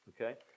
Okay